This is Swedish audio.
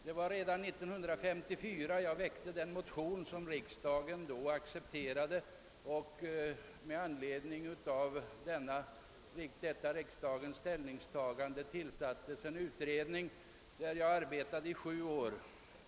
Jag väckte en motion i detta ämne redan 1954, vilken riksdagen då biföll, och med anledning av detta riksdagens ställningstagande tillsattes en utredning där jag medarbetade i sju år.